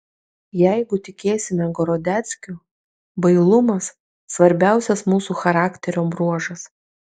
jeigu tikėsime gorodeckiu bailumas svarbiausias mūsų charakterio bruožas